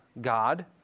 God